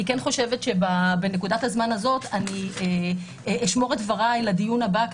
אני כן חושבת בנקודת הזמן הזאת שאני אשמור את דבריי לדיון הבא,